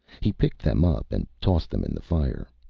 he picked them up and tossed them in the fire.